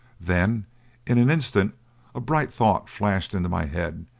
then in an instant a bright thought flashed into my head,